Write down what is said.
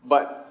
but